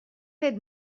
fet